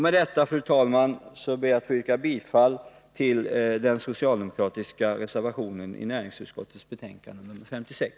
Med detta, fru talman, ber jag att få yrka bifall till den socialdemokratiska reservation som är fogad vid näringsutskottets betänkande nr 56.